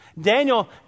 Daniel